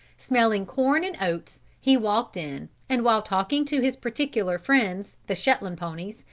smelling corn and oats, he walked in, and while talking to his particular friends, the shetland ponies,